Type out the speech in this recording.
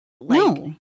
no